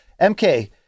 MK